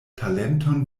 talenton